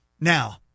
Now